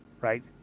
right